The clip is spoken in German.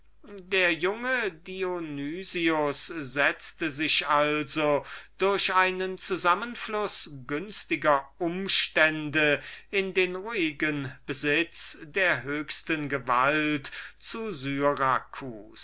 der junge dionysius setzte sich also durch einen zusammenfluß günstiger umstände in den ruhigen besitz der höchsten gewalt zu